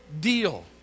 deal